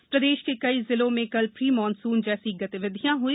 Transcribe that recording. मौसम प्रदेश के कई जिलों में कल प्री मानसून जैसी गतिविधियां हुई